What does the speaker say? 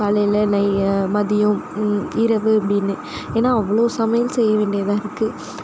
காலையில் மதியம் இரவு அப்படினு ஏனால் அவ்வளோ சமையல் செய்ய வேண்டியதாக இருக்குது